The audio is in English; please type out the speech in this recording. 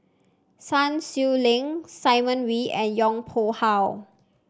Sun Xueling Simon Wee and Yong Pung How